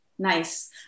Nice